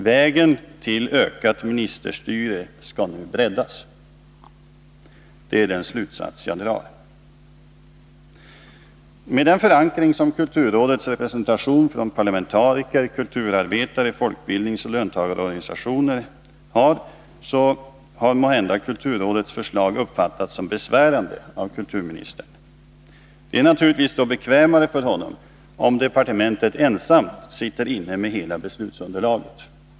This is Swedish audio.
Vägen till ökat ministerstyre skall nu breddas — det är den slutsats jag drar. Med hänsyn till den förankring som kulturrådets representation från parlamentariker, kulturarbetare, folkbildningsoch löntagarorganisationer medför, har måhända kulturrådets förslag uppfattats som besvärande av kulturministern. Det är naturligtvis bekvämare för honom om departementet ensamt sitter inne med hela beslutsunderlaget.